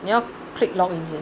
你要 click login 先